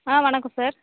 ஆ வணக்கம் சார்